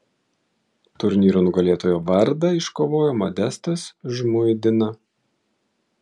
turnyro nugalėtojo vardą iškovojo modestas žmuidina